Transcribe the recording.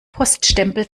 poststempel